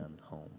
home